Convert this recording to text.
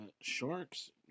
Sharks